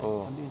oh